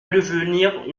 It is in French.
devenir